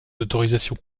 autorisations